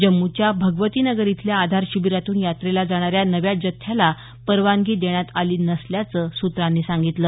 जम्मूच्या भगवतीनगर इथल्या आधार शिबिरातून यात्रेला जाणाऱ्या नव्या जथ्याला परवानगी देण्यात आली नसल्याचं सूत्रांनी सांगितलं